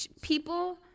people